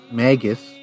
magus